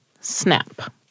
Snap